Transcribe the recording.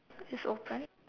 it's open